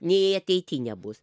nei ateity nebus